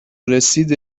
رسیده